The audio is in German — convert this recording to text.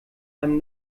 seinem